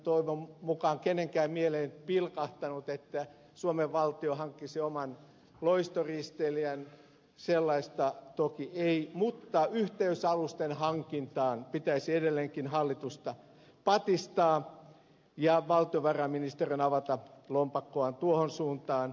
toivon mukaan todellakaan kenenkään mieleen ei ole pilkahtanut että suomen valtio hankkisi oman loistoristeilijän sellaista toki ei tarvita mutta yhteysalusten hankintaan pitäisi edelleenkin hallitusta patistaa ja valtiovarainministeriön avata lompakkoaan tuohon suuntaan